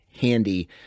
handy